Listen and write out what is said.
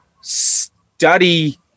study